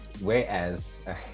whereas